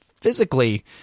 physically